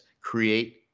create